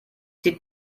die